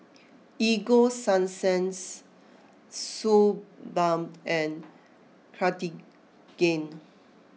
Ego sunsense Suu Balm and Cartigain